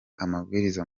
amabwiriza